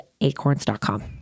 acorns.com